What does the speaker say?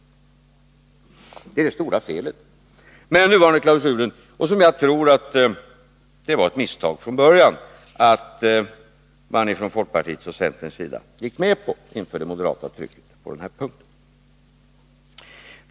Detta är det stora felet med den nuvarande klausulen, som jag tror att det var ett misstag från början att folkpartiet och centern gick med på inför det moderata trycket på den här punkten.